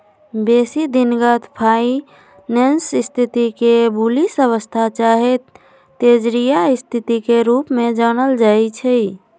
बेशी दिनगत फाइनेंस स्थिति के बुलिश अवस्था चाहे तेजड़िया स्थिति के रूप में जानल जाइ छइ